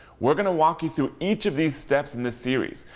we're gonna walk you through each of these steps in this series,